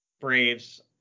Braves